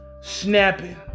snapping